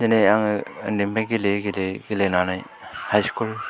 दिनै आङो उन्दैनिफ्राइ गेलेयै गेलेयै गेलेनानै हाइ स्कुल